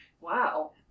Wow